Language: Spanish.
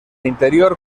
interior